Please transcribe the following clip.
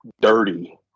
dirty